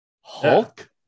Hulk